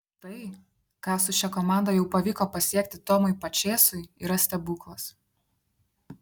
tai ką su šia komanda jau pavyko pasiekti tomui pačėsui yra stebuklas